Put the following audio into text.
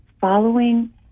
following